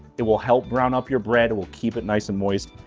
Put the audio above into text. it will help brown up your bread. it will keep it nice and moist.